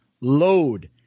Load